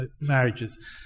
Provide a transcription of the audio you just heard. marriages